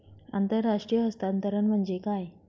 आंतरराष्ट्रीय हस्तांतरण म्हणजे काय?